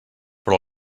però